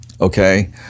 okay